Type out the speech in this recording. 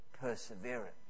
perseverance